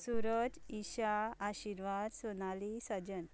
Suraj Isha Ashirwad Sonali Sajjan